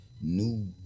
new